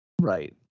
right